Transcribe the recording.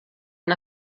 han